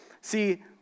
See